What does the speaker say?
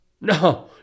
No